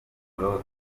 raporo